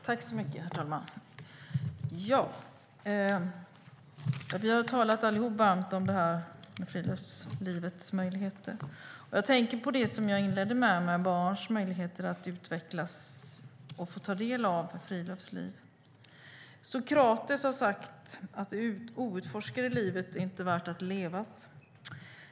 Herr talman! Vi har alla talat varmt om friluftslivets möjligheter. Jag tänker på det jag inledde med och som handlade om barns möjligheter att utvecklas och att få ta del av friluftsliv. Sokrates har sagt att det outforskade livet inte är värt att levas.